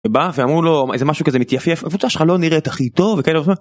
ובא ואמרו לו איזה משהו כזה מתייפף הקבוצה שלך לא נראית הכי טוב.